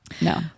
No